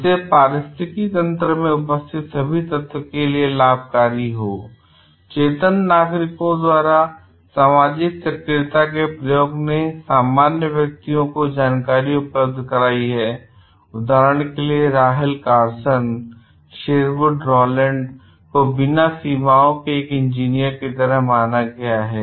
जिसे पारिस्थितिकी तंत्र में उपस्थित सभी तत्व के लिए लाभकारी हो I चेतन नागरिकों द्वारा सामाजिक सक्रियता के प्रयोग ने सामान्य व्यक्तियों में जानकारी उपलब्ध कराई है I उदाहरण के लिए राहेल कार्सन शेरवुड रोलैंड को बिना सीमाओं के एक इंजीनियर की तरह माना गया हैं